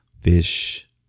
Fish